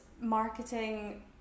marketing